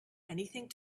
anything